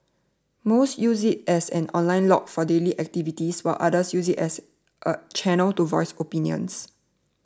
most use it as an online log for daily activities while others use it as a channel to voice opinions